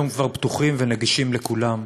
היום כבר פתוחים ונגישים לכולם.